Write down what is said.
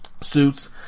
suits